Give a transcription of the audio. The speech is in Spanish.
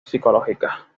psicológica